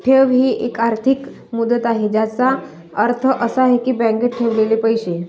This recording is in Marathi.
ठेव ही एक आर्थिक मुदत आहे ज्याचा अर्थ असा आहे की बँकेत ठेवलेले पैसे